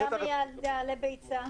--- וכמה תעלה ביצה?